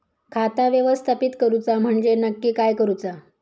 खाता व्यवस्थापित करूचा म्हणजे नक्की काय करूचा?